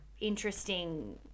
interesting